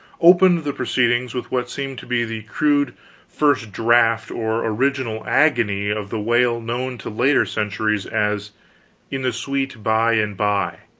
opened the proceedings with what seemed to be the crude first-draft or original agony of the wail known to later centuries as in the sweet bye and bye.